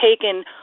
taken